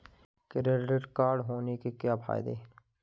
Credit card होने के क्या फायदे हैं?